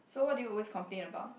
so what do you always complain about